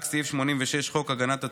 רק סעיף 86, חוק הגנת הצומח,